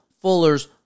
Fuller's